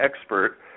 expert